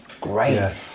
great